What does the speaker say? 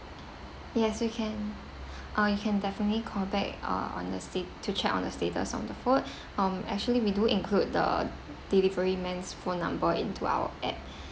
yes you can uh you can definitely call back uh on the state to check on the status of the food um actually we do include the delivery man's phone number into our app